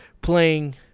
playing